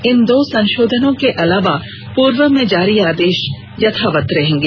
इन दो संशोधन के अलावा पूर्व में जारी आदेश यथावत रहेंगे